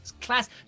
Class